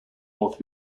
north